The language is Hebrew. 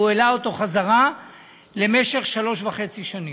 והעלה אותו חזרה למשך שלוש וחצי שנים.